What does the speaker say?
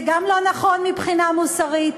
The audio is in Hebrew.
זה גם לא נכון מבחינה מוסרית,